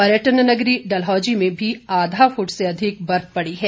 पर्यटन नगरी डल्हौजी में भी आधा फुट से अधिक बर्फ पड़ी है